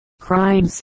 crimes